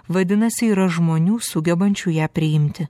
vadinasi yra žmonių sugebančių ją priimti